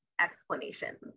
explanations